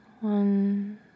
one